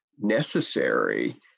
necessary